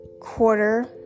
quarter